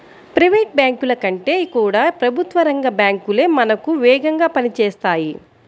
private బ్యాంకుల కంటే కూడా ప్రభుత్వ రంగ బ్యాంకు లే మనకు వేగంగా పని చేస్తాయి